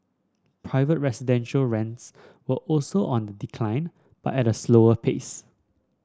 private residential rents were also on the decline but at a slower pace